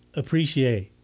appreciate!